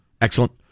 Excellent